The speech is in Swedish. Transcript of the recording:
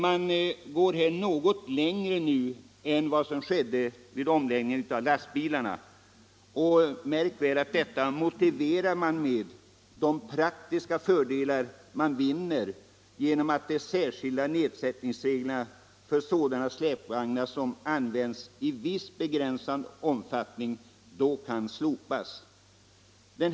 Man går här litet längre än vid omläggningen av skatten på lastbilarna, och märk väl att detta motiveras med de praktiska fördelar man vinner genom att de särskilda nedsättningsreglerna för sådana släpvagnar som används i viss begränsad omfattning kan slopas.